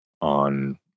on